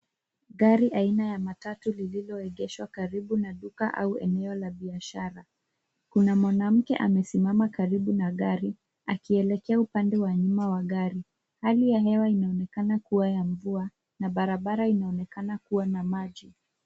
Gari aina ya matatu lililoegeshwa karibu na duka au eneo la biashara. Kuna mwanamke amesimama karibu na gari akielekea upande wa nyuma wa gari. Hali ya hewa inaonekana kuwa ya mvua na barabara inaonekana kuwa na maji.